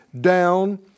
down